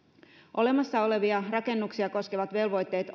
olemassa olevia rakennuksia koskevat velvoitteet